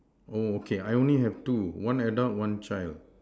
oh okay I only have two one adult one child